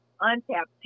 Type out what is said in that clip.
untapped